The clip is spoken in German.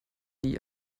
nie